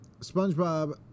SpongeBob